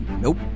Nope